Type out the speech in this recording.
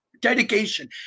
dedication